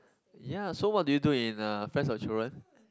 ya so what do you do in uh friends of children